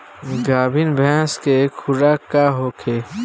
गाभिन भैंस के खुराक का होखे?